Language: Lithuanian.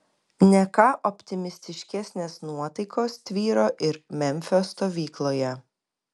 ne ką optimistiškesnės nuotaikos tvyro ir memfio stovykloje